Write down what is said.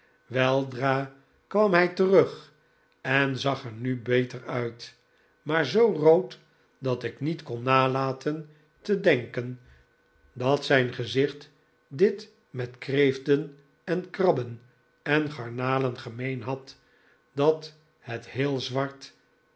weldra kwam hij terug en zag er nu beter uit maar zoo rood dat ik niet kon nalaten te denken dat zijn gezicht dit met kreeften en krabben en garnalen gemeen had dat het heel zwart